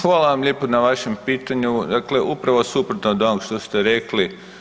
Hvala vam lijepo na vašem pitanju, dakle, upravo suprotno od onog što ste rekli.